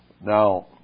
Now